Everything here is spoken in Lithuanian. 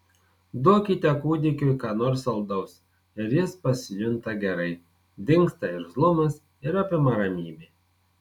duokite kūdikiui ką nors saldaus ir jis pasijunta gerai dingsta irzlumas ir apima ramybė